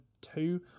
Two